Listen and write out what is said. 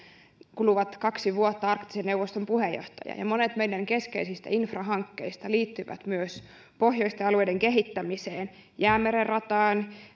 kuluvat kaksi vuotta arktisen neuvoston puheenjohtaja ja ja monet meidän keskeisistä infrahankkeistamme liittyvät myös pohjoisten alueiden kehittämiseen jäämeren rataan